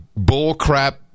bullcrap